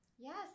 Yes